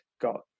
got